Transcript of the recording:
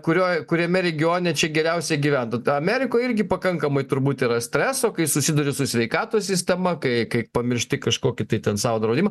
kurioj kuriame regione čia geriausia gyvent a tai amerikoj irgi pakankamai turbūt yra streso kai susiduri su sveikatos sistema kai kai pamiršti kažkokį tai ten savo draudimą